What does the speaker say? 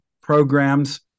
programs